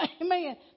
amen